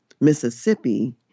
Mississippi